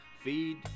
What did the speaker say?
feed